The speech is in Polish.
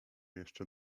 jeszcze